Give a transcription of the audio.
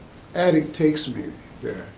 attic takes me there.